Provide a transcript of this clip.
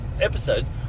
episodes